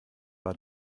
war